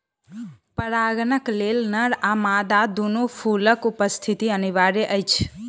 परागणक लेल नर आ मादा दूनू फूलक उपस्थिति अनिवार्य अछि